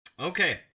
okay